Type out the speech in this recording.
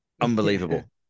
Unbelievable